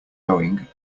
going